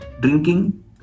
drinking